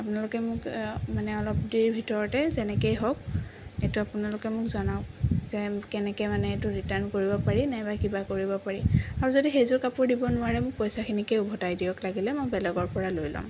আপোনালোকে মোক মানে অলপ দেৰিৰ ভিতৰতে যেনেকেই হওক এইটো আপোনালোকে মোক জনাওক যে কেনেকৈ মানে এইটো ৰিটাৰ্ন কৰিব পাৰি নাইবা কিবা কৰিব পাৰি আৰু যদি সেইযোৰ কাপোৰ দিব নোৱাৰে মোক পইচাখিনিকে উভতাই দিয়ক লাগিলে মই বেলেগৰ পৰা লৈ লম